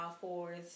fours